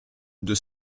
due